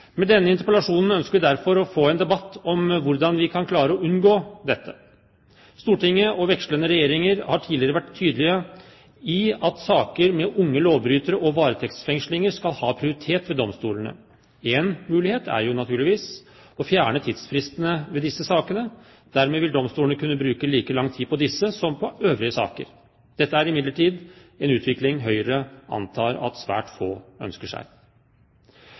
Med denne interpellasjonen ønsker vi derfor å få en debatt om hvordan vi kan klare å unngå dette. Stortinget og vekslende regjeringer har tidligere vært tydelige på at saker med unge lovbrytere og varetektsfengslinger skal ha prioritet ved domstolene. Én mulighet er jo naturligvis å fjerne tidsfristene ved disse sakene. Dermed vil domstolene kunne bruke like lang tid på disse som på øvrige saker. Dette er imidlertid en utvikling Høyre antar at svært få ønsker seg.